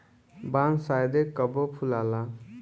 बांस शायदे कबो फुलाला